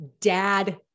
dad